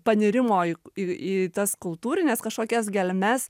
panirimo į į į tas kultūrines kažkokias gelmes